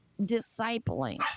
discipling